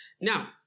Now